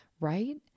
right